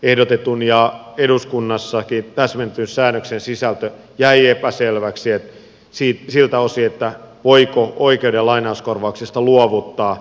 ehdotetun ja eduskunnassakin täsmennetyn säädöksen sisältö jäi epäselväksi siltä osin että voiko oikeuden lainauskorvauksesta luovuttaa